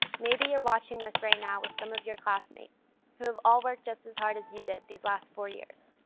maybe you're watching this right now with some of your classmates who have all worked just as hard as you did these last four years.